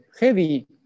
heavy